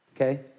okay